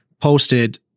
posted